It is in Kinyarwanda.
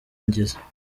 ngize